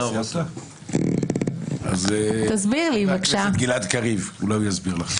חבר הכנסת גלעד קריב, אולי הוא יסביר לך.